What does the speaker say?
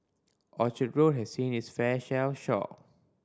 Orchard Road has seen it's fair share of shock